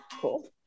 Cool